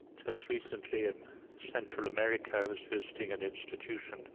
just recently in central america i was visiting an institution